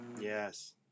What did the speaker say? Yes